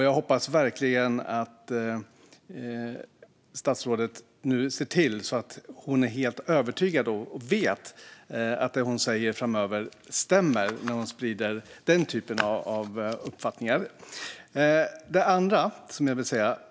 Jag hoppas verkligen att statsrådet ser till att vara helt övertygad om, och vet, att det hon säger framöver stämmer när hon sprider den typen av uppfattningar.